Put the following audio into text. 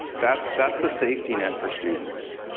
that's that's the safety net for students.